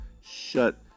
shut